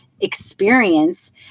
experience